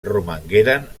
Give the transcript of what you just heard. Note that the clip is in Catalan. romangueren